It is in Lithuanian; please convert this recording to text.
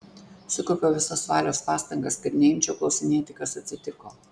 sukaupiau visas valios pastangas kad neimčiau klausinėti kas atsitiko